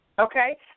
Okay